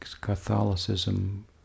Catholicism